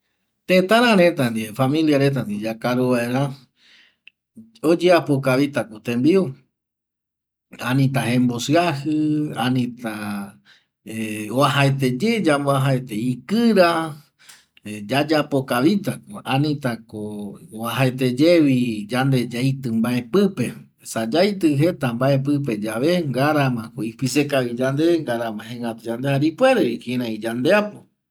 Tëtarareta ndie, familiareta ndie yacaru mbaera oyeapokavita ko tembiu, anita ko jembosiaji, ani ko uajaeteye ikira yayapo kavita ko, anita uajaeteyevi yande yaeti mbae pupe esa yaeti jeta mbae pupe ye ngarama ipise kavi yande jare ipuerevi mbae yandeapo